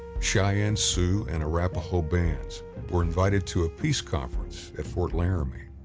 cheyenne, sioux and arapaho bands were invited to a peace conference at fort laramie.